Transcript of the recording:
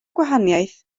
gwahaniaeth